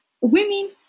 women